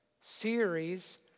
series